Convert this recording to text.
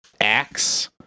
axe